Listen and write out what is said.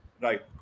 right